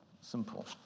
Simple